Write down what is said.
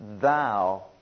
thou